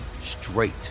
straight